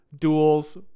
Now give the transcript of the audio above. duels